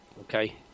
okay